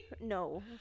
No